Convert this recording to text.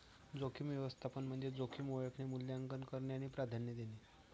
जोखीम व्यवस्थापन म्हणजे जोखीम ओळखणे, मूल्यांकन करणे आणि प्राधान्य देणे